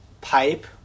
pipe